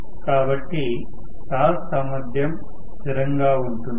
కాబట్టి టార్క్ సామర్ధ్యం స్థిరంగా ఉంటుంది